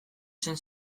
zen